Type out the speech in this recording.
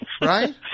Right